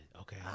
Okay